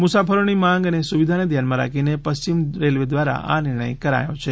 મુસાફરોની માંગ અને સુવિધાને ધ્યાનમાં રાખીને પશ્ચિમ રેલવે દ્વારા આ નિર્ણય કરાયો છે